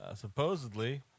Supposedly